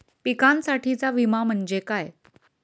पिकांसाठीचा विमा म्हणजे काय?